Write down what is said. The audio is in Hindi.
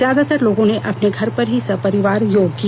ज्यादातर लोगों ने अपने घर पर ही सपरिवार योग किया